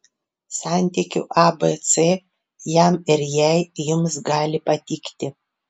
santykių abc jam ir jai jums gali patikti